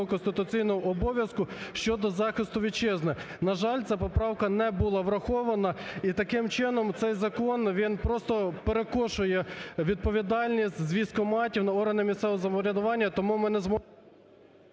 конституційного обов'язку щодо захисту Вітчизни. На жаль, ця поправка не була врахована, і таким чином цей закон він просто перекошує відповідальність з військкоматів на органи місцевого самоврядування, тому ми не зможемо…